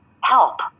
help